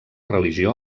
religió